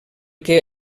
que